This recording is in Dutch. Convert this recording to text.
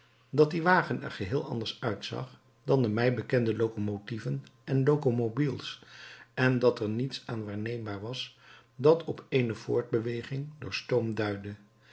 dat die wagen er geheel anders uitzag dan de mij bekende locomotieven en locomobile's en dat er niets aan waarneembaar was dat op eene voortbeweging door stoom duidde